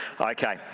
Okay